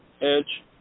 edge